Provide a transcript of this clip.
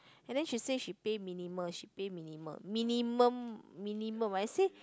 and then she say she pay minimal she pay minimal minimum minimum minimum I say